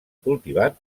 cultivat